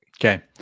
Okay